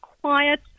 quiet